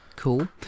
cool